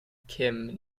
kim